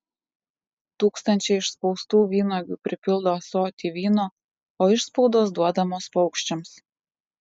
tūkstančiai išspaustų vynuogių pripildo ąsotį vyno o išspaudos duodamos paukščiams